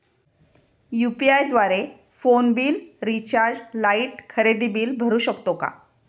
UPI द्वारे phone bill, recharge, light, खरेदी bill भरू शकतो का?